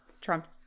Trump